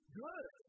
good